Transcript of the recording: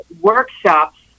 Workshops